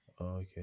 Okay